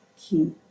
key